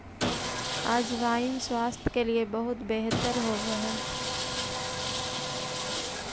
अजवाइन स्वास्थ्य के लिए बहुत बेहतर होवअ हई